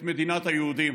את מדינת היהודים.